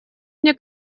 мне